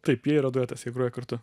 taip jie yra duetas jie groja kartu